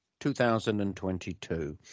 2022